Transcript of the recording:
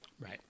Right